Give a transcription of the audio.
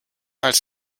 als